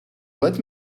let